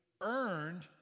earned